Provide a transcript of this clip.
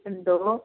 എന്തോ